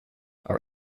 are